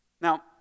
Now